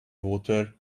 water